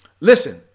Listen